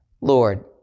Lord